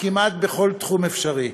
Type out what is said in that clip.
כמעט בכל תחום אפשרי.